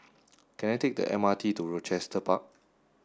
can I take the M R T to Rochester Park